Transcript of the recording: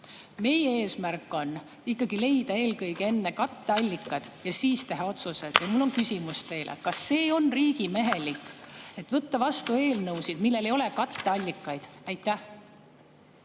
Meie eesmärk on eelkõige ikkagi leida enne katteallikad ja siis teha otsused. Ja mul on küsimus teile. Kas on riigimehelik võtta vastu eelnõusid, millel ei ole katteallikaid? Aitäh,